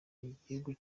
igihugu